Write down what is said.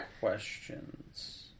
Questions